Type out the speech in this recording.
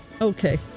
Okay